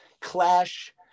clash